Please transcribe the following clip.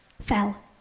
fell